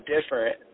different